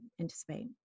anticipate